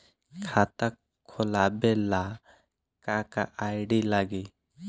खाता खोलाबे ला का का आइडी लागी?